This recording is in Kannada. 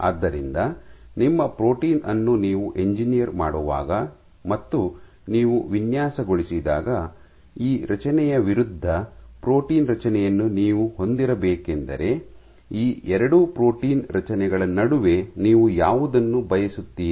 ಆದ್ದರಿಂದ ನಿಮ್ಮ ಪ್ರೋಟೀನ್ ಅನ್ನು ನೀವು ಎಂಜಿನಿಯರ್ ಮಾಡುವಾಗ ಮತ್ತು ನೀವು ವಿನ್ಯಾಸಗೊಳಿಸಿದಾಗ ಈ ರಚನೆಯ ವಿರುದ್ಧ ಪ್ರೋಟೀನ್ ರಚನೆಯನ್ನು ನೀವು ಹೊಂದಿರಬೇಕೆಂದರೆ ಈ ಎರಡು ಪ್ರೋಟೀನ್ ರಚನೆಗಳ ನಡುವೆ ನೀವು ಯಾವುದನ್ನು ಬಯಸುತ್ತೀರಿ